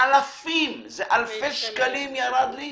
אלפי שקלים ירדו לי.